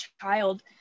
child